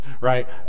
right